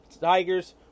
Tigers